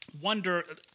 wonder